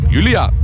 Julia